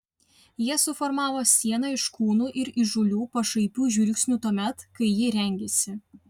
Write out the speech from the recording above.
jie suformavo sieną iš kūnų ir įžūlių pašaipių žvilgsnių tuomet kai ji rengėsi